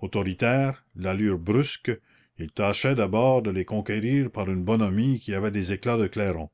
autoritaire l'allure brusque il tâchait d'abord de les conquérir par une bonhomie qui avait des éclats de clairon